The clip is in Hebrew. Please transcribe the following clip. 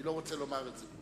אני לא רוצה לומר את זה.